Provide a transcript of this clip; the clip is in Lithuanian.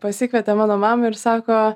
pasikvietė mano mamą ir sako